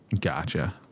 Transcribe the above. Gotcha